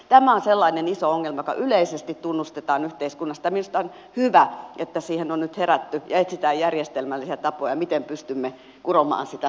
tämä on sellainen iso ongelma joka yleisesti tunnustetaan yhteiskunnassa ja minusta on hyvä että siihen on nyt herätty ja etsitään järjestelmällisiä tapoja miten pystymme kuromaan sitä umpeen